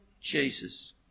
Jesus